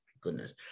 Goodness